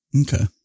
okay